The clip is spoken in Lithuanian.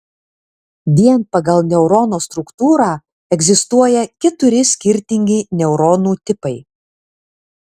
vien pagal neurono struktūrą egzistuoja keturi skirtingi neuronų tipai